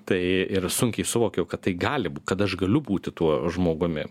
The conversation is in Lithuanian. tai ir sunkiai suvokiau kad tai gali bū kad aš galiu būti tuo žmogumi